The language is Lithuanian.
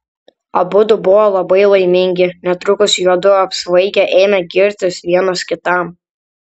abudu buvo labai laimingi netrukus juodu apsvaigę ėmė girtis vienas kitam